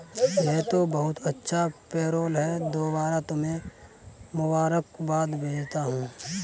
यह तो बहुत अच्छा पेरोल है दोबारा तुम्हें मुबारकबाद भेजता हूं